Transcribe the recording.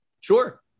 Sure